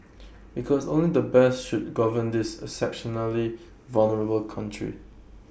because only the best should govern this exceptionally vulnerable country